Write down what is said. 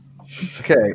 Okay